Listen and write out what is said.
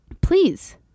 please